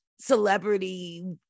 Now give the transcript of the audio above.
celebrity